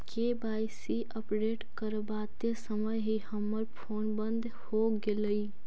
KYC update करवाते समय ही हमर फोन बंद हो गेलई